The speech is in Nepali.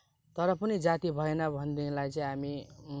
तर पनि जाती भएन भनेदेखिलाई चाहिँ हामी